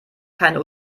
keine